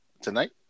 Tonight